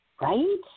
Right